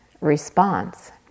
response